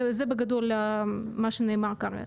זה בגדול מה שנאמר כרגע?